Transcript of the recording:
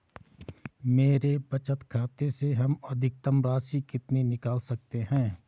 मेरे बचत खाते से हम अधिकतम राशि कितनी निकाल सकते हैं?